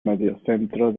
mediocentro